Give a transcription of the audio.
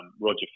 Roger